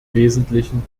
wesentlichen